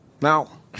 Now